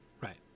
Right